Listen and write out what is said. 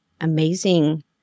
amazing